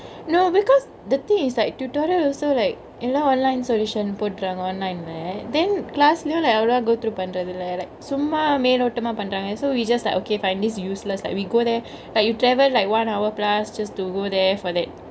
no because the thingk is like tutorial also like எல்லா:ella online solution போட்டுருவாங்க:pottruvangkge online right then class லயு:layu like அவ்ளோவா:avalovaa go through பன்ட்ரது இல்ல:panrathu ille like சும்மா மெலோட்டமா பன்ராங்க:summa meyhlotamaa panrangkge so we just like okay fine this is useless like we go there like you travel like one hour plus just to go there for that